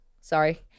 sorry